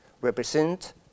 represent